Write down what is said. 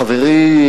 חברי,